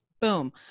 Boom